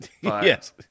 Yes